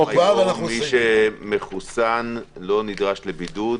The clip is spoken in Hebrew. גם היום מי שמחוסן לא נדרש לבידוד